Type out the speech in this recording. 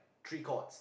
three chords